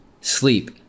Sleep